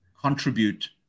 contribute